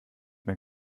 mehr